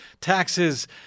taxes